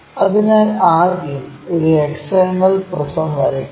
അതിനാൽ ആദ്യം ഒരു ഹെക്സഗണൽ പ്രിസം വരയ്ക്കുക